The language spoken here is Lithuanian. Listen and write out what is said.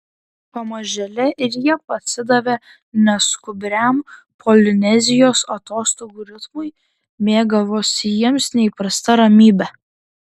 pamažėle ir jie pasidavė neskubriam polinezijos atostogų ritmui mėgavosi jiems neįprasta ramybe